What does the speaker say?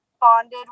bonded